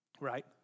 right